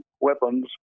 weapons